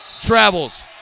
travels